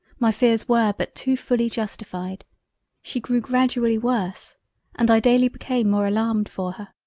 my fears were but too fully justified she grew gradually worse and i daily became more alarmed for her.